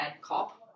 cop